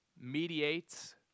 mediates